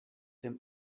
him